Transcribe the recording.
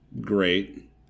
great